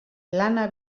lana